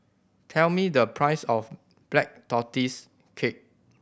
tell me the price of Black Tortoise Cake